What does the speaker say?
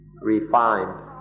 refined